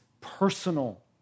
personal